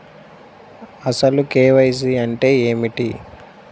అసలు కే.వై.సి అంటే ఏమిటి?